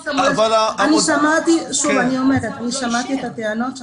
שוב אני אומרת שמעתי את הטענות.